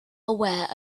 aware